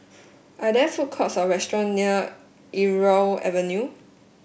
are there food courts or restaurant near Irau Avenue